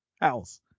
house